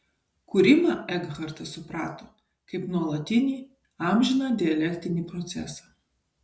kūrimą ekhartas suprato kaip nuolatinį amžiną dialektinį procesą